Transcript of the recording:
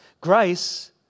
Grace